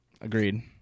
Agreed